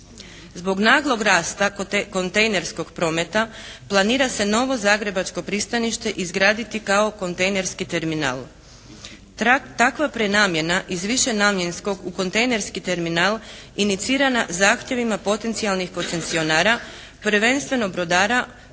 Zbog naglog rasta kontejnerskog prometa planira se novo zagrebačko pristanište izgraditi kao kontejnerski terminal. Takva prenamjena iz višenamjenskog u kontejnerski terminal inicirana zahtjevima potencijalnih koncesionara prvenstveno brodara